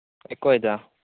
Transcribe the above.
ఎక్కువ అవుతదా